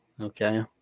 Okay